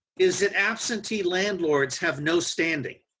is that absentee landlords have no standing.